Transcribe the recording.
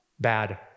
bad